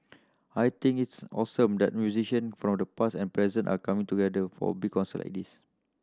I think it's awesome that musician from the past and present are coming together for a big concert like this